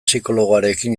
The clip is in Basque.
psikologoarekin